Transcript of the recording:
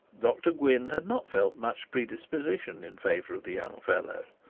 dr gwynne had not felt much predisposition in favour of the young fellow.